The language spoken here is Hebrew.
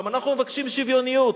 גם אנחנו מבקשים שוויוניות.